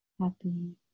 happy